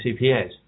CPAs